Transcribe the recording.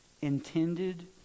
intended